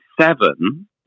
seven